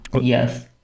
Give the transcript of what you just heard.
Yes